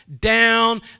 down